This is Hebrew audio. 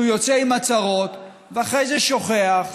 שהוא יוצא בהצהרות ואחרי זה שוכח,